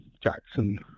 Jackson